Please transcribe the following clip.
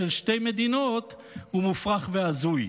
הוא מופרך והזוי.